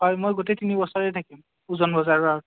হয় মই গোটেই তিনি বছৰে থাকিম উজান বজাৰৰ